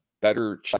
better